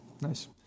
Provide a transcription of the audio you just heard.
Nice